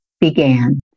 began